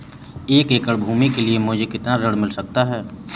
एक एकड़ भूमि के लिए मुझे कितना ऋण मिल सकता है?